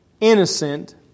innocent